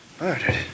Murdered